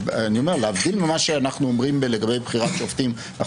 להבדיל ממה שאנחנו אומרים לגבי בחירת שופטים: